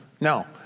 No